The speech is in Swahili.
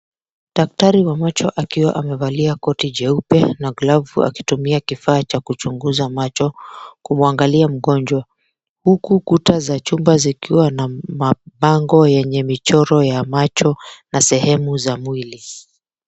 Daktari wa macho akiwa amevalia koti jeupe na glavu akitumia kifa cha kuchunguza macho kumwangalia mgonjwa huku kuta za chumba zikiwa na mabango yenye michoro ya macho na sehemu za mwili.